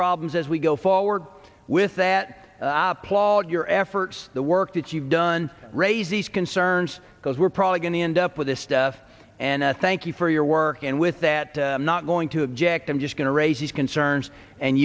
problems as we go forward with that applaud your efforts the work that you've done raises concerns because we're probably going to end up with this stuff and i thank you for your work and with that i'm not going to object i'm just going to raise these concerns and